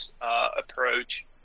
approach